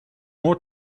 more